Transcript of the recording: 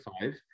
five